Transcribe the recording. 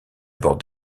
bord